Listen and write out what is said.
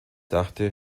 dachte